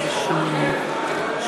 הצבענו בקריאה ראשונה על הצעת חוק-יסוד: